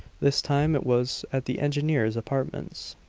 this time it was at the engineer's apartments.